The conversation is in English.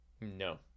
No